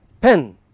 Pen